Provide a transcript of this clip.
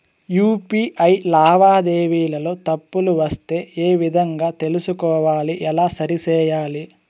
UPI లావాదేవీలలో తప్పులు వస్తే ఏ విధంగా తెలుసుకోవాలి? ఎలా సరిసేయాలి?